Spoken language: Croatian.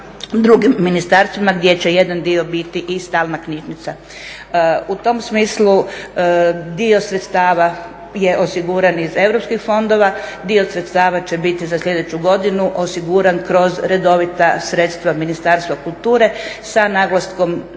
drugim ministarstvima gdje će jedan dio biti i stalna knjižnica. U tom smislu dio sredstava je osiguran iz EU fondova, dio sredstava će biti za sljedeću godinu osiguran kroz redovita sredstva Ministarstva kulture sa naglaskom